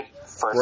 first